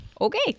Okay